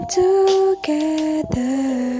together